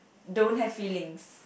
don't have feelings